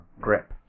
grip